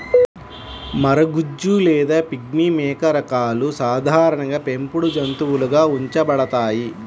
మరగుజ్జు లేదా పిగ్మీ మేక రకాలు సాధారణంగా పెంపుడు జంతువులుగా ఉంచబడతాయి